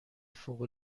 فوق